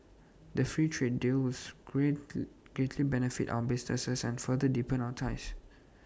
the free trade deal was great greatly benefit our businesses and further deepen our ties